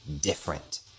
different